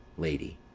lady.